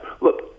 Look